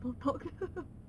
small talk